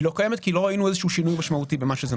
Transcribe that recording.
היא לא קיימת כי לא ראינו איזשהו שינוי משמעותי במה שזה נותן.